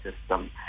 system